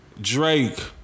Drake